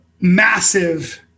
massive